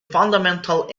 fundamental